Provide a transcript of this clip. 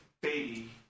baby